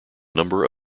number